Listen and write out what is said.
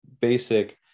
basic